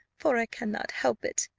for i cannot help it.